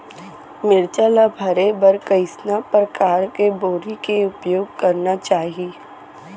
मिरचा ला भरे बर कइसना परकार के बोरी के उपयोग करना चाही?